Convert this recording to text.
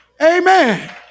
Amen